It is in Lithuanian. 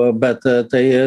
bet tai